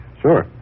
Sure